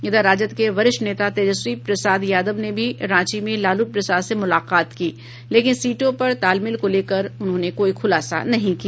इधर राजद के वरिष्ठ नेता तेजस्वी प्रसाद यादव ने भी रांची में लालू प्रसाद से मुलाकात की लेकिन सीटों पर तालमेल को लेकर उन्होंने कोई खुलासा नहीं किया